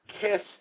Kiss